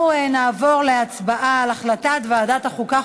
אנחנו נעבור להצבעה על החלטת ועדת החוקה,